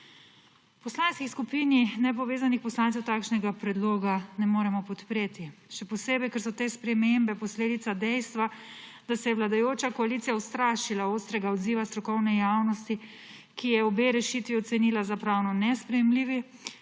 Poslanski skupini nepovezanih poslancev takšnega predloga ne moremo podpreti. Še posebej, ker so te spremembe posledica dejstva, da se je vladajoča koalicija ustrašila ostrega odziva strokovne javnosti, ki je obe rešitvi ocenila za pravno nesprejemljivi,